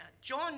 John